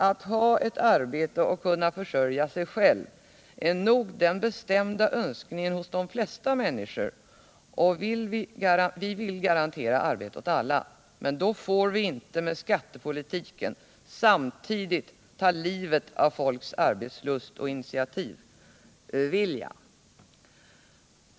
Att ha ett arbete och kunna försörja sig själv är nog den bestämda önskningen hos de flesta människor, och vi vill garantera arbete åt alla. Men då får vi inte med skattepolitiken samtidigt ta livet av folks arbetslust och initiativvilja.